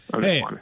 hey